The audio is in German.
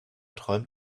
träumt